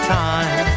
time